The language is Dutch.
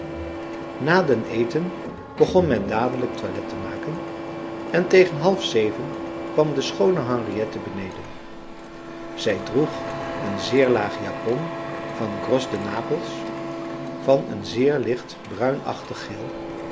na den eten begon men dadelijk toilet te maken en tegen half zeven kwam de schoone henriette beneden zij droeg een zeer lage japon van gros de naples van een zeer licht bruinachtig geel